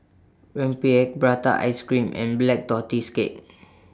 Rempeyek Prata Ice Cream and Black Tortoise Cake